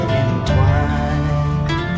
entwined